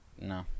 No